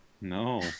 No